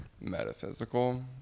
metaphysical